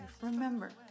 Remember